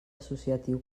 associatiu